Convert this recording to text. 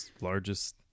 largest